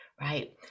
right